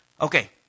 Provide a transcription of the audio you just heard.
Okay